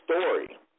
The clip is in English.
story